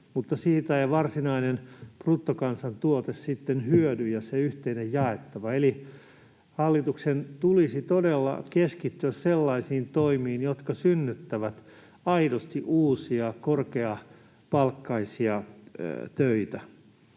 mutta siitä eivät varsinainen bruttokansantuote ja se yhteinen jaettava sitten hyödy. Hallituksen tulisi todella keskittyä sellaisiin toimiin, jotka synnyttävät aidosti uusia korkeapalkkaisia töitä.